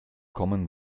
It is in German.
commen